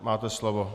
Máte slovo